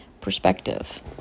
perspective